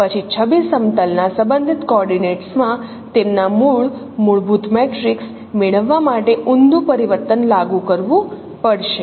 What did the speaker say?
પછી છબી સમતલ ના સંબંધિત કોઓર્ડિનેટ્સ માં તેમના મૂળ મૂળભૂત મેટ્રિક્સ મેળવવા માટે ઊંધું પરિવર્તન લાગુ કરવું પડશે